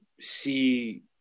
see